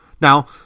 Now